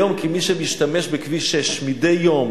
היום, כמי שמשתמש בכביש 6 מדי יום